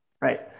Right